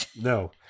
No